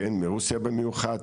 מרוסיה במיוחד,